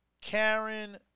Karen